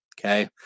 Okay